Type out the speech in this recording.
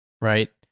right